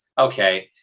okay